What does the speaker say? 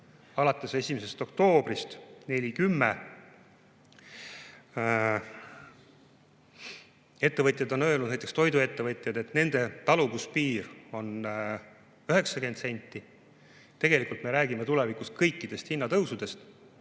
alates 1. oktoobrist on 4.10. Ettevõtjad on öelnud, näiteks toiduettevõtjad, et nende taluvuspiir on 90 senti. Tegelikult me räägime tulevikus kõikide hindade tõusust.